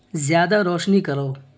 زیادہ روشنی کرو